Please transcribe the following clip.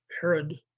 Herod